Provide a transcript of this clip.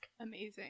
Amazing